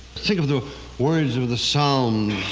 think of the words of the psalms, a